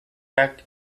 back